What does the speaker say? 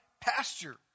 pasture